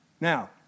Now